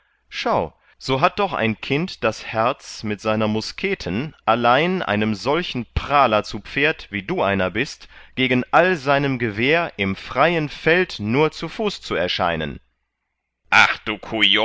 schau so hat doch ein kind das herz mit seiner musketen allein einem solchen prahler zu pferd wie du einer bist gegen all seinem gewehr im freien feld nur zu fuß zu erscheinen